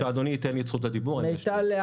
כשאדוני ייתן לי את זכות הדיבור, אני אשלים.